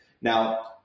Now